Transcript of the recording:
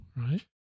right